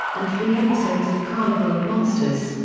and three episodes of carnival of monsters.